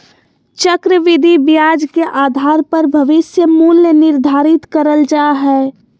चक्रविधि ब्याज के आधार पर भविष्य मूल्य निर्धारित करल जा हय